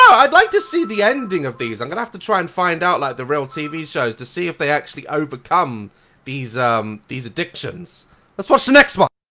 yeah i'd like to see the ending of these i'm gonna have to try and find out like the real tv shows to see if they actually overcome these um these addictions let's watch the next one